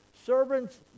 Servants